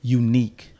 unique